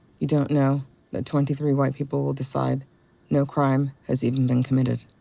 you don't know that twenty three white people will decide no crime has even been committed.